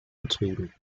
betrieben